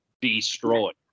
destroyed